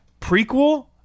prequel